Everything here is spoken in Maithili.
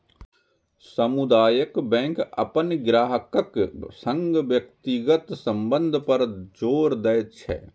सामुदायिक बैंक अपन ग्राहकक संग व्यक्तिगत संबंध पर जोर दै छै